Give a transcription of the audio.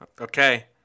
Okay